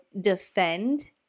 defend